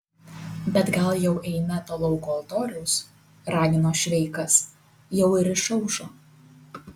bet gal jau eime to lauko altoriaus ragino šveikas jau ir išaušo